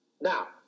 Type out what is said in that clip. Now